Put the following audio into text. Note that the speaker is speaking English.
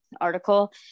article